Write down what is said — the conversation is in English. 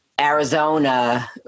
Arizona